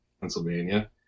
Pennsylvania